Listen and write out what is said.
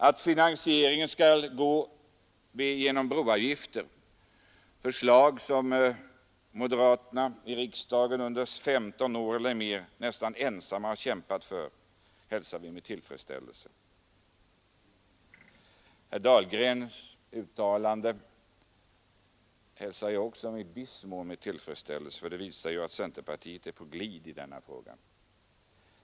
Att finansieringen skall ske genom broavgifter — det har moderaterna i riksdagen under 15 år eller mer nästan ensamma kämpat för — hälsar vi med tillfredsställelse. Herr Dahlgrens uttalande hälsar jag i viss mån också med tillfredsställelse — det visar att centerpartiet är på glid i denna fråga.